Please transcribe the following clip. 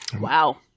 Wow